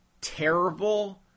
terrible